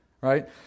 right